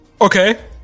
Okay